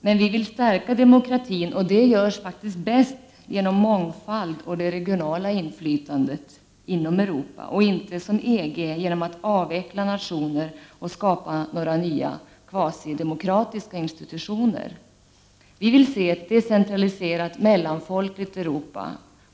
Men vi vill stärka demokratin, och det görs faktiskt bäst genom mångfald och det regionala inflytandet inom Europa och inte, som EG vill, genom att avveckla nationer och skapa några nya kvasidemokratiska institutioner. Vi vill se ett decentraliserat mellanfolkligt Europa.